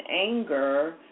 anger